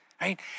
right